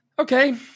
Okay